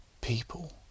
people